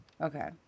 Okay